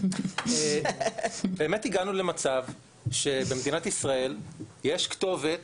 אז באמת הגענו למצב שבמדינת ישראל יש כתובת